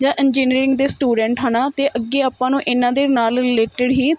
ਜਾਂ ਇੰਜੀਨੀਅਰਿੰਗ ਦੇ ਸਟੂਡੈਂਟ ਹੈ ਨਾ ਅਤੇ ਅੱਗੇ ਆਪਾਂ ਨੂੰ ਇਹਨਾਂ ਦੇ ਨਾਲ ਰਿਲੇਟਡ ਹੀ